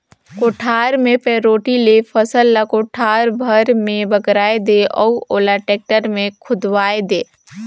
कोठार मे पैरोठी ले फसल ल कोठार भरे मे बगराय दे अउ ओला टेक्टर मे खुंदवाये दे